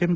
M